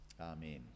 Amen